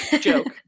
joke